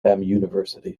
university